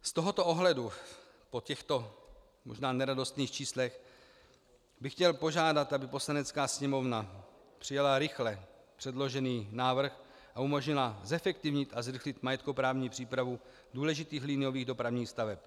Z tohoto ohledu po těchto možná neradostných číslech bych chtěl požádat, aby Poslanecká sněmovna přijala rychle předložený návrh a umožnila zefektivnit a zrychlit majetkoprávní přípravu důležitých liniových dopravních staveb.